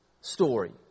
story